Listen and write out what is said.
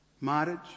marriage